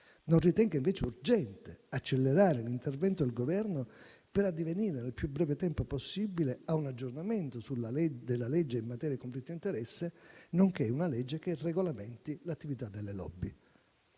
non ritenga urgente accelerare l'intervento del Governo per addivenire, nel più breve tempo possibile, a un aggiornamento della legge in materia di conflitto di interesse, nonché a una legge che regolamenti l'attività delle *lobby*.